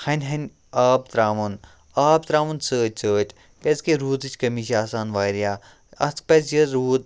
ہَنہِ ہَنہِ آب ترٛاوُن آب ترٛاوُن سۭتۍ سۭتۍ کیٛازِکہِ روٗدٕچ کٔمی چھِ آسان واریاہ اَتھ پَزِ یہِ روٗد